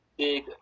Big